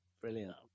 Brilliant